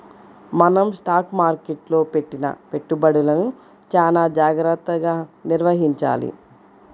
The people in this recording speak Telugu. మనం స్టాక్ మార్కెట్టులో పెట్టిన పెట్టుబడులను చానా జాగర్తగా నిర్వహించాలి